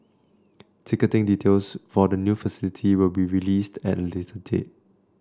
ticketing details for the new facility will be released at a later date